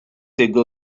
ago